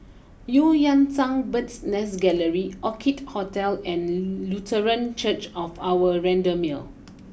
Eu Yan Sang Bird's Nest Gallery Orchid Hotel and Lutheran Church of Our Redeemer